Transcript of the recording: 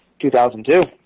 2002